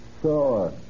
Sure